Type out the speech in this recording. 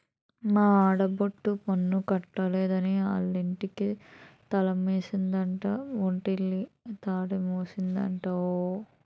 మా ఆడబొట్టి పన్ను కట్టలేదని ఆలింటికి తాలమేసిందట ఒలంటీరు తాలమేసిందట ఓ